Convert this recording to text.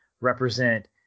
represent